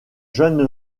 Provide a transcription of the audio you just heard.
jeune